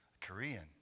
Korean